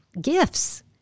gifts